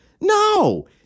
No